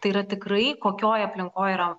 tai yra tikrai kokioj aplinkoj yra